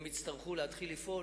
והם יצטרכו להתחיל לפעול.